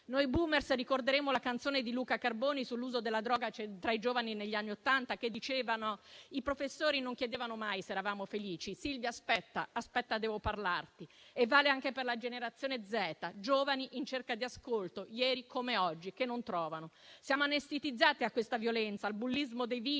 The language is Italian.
Noi *boomer* ricorderemo la canzone di Luca Carboni sull'uso della droga, nota tra i giovani negli anni Ottanta, che diceva «i professori non chiedevano mai se eravamo felici», «Silvia aspetta debbo parlarti». Vale anche per la generazione Z, giovani in cerca di ascolto: ieri come oggi, che non lo trovano. Siamo anestetizzati a questa violenza, al bullismo dei video